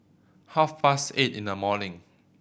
half past eight in the morning